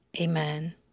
Amen